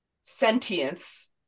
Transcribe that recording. sentience